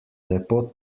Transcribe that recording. lepo